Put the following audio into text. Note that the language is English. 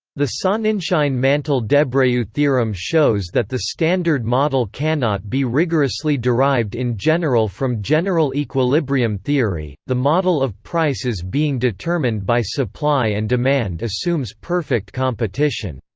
the sonnenschein-mantel-debreu theorem shows that the standard model cannot be rigorously derived in general from general equilibrium theory the model of prices being determined by supply and demand assumes perfect competition.